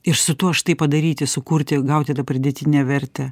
ir su tuo štai padaryti sukurti gauti tą pridėtinę vertę